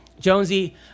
Jonesy